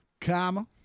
comma